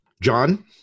John